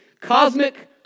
cosmic